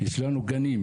יש לנו גנים,